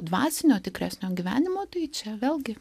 dvasinio tikresnio gyvenimo tai čia vėlgi